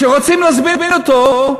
כשרוצים להזמין אותו,